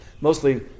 mostly